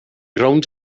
rownd